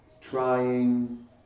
trying